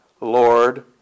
Lord